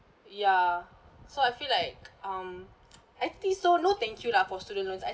ya so I feel like um I think so no thank you lah for student loans I